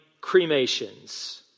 Cremations